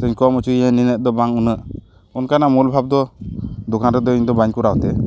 ᱥᱮᱧ ᱠᱚᱢ ᱦᱪᱚᱭᱭᱟ ᱱᱤᱱᱟᱹᱜ ᱫᱚ ᱵᱟᱝ ᱩᱱᱟᱹᱜ ᱚᱱᱠᱟᱱᱟᱜ ᱢᱚᱞ ᱵᱷᱟᱵᱽ ᱫᱚ ᱫᱚᱠᱟᱱ ᱨᱮᱫᱚ ᱤᱧ ᱫᱚ ᱵᱟᱹᱧ ᱠᱚᱨᱟᱣ ᱛᱮ